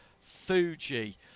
fuji